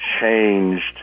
changed